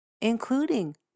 including